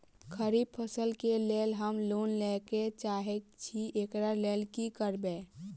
खरीफ फसल केँ लेल हम लोन लैके चाहै छी एकरा लेल की करबै?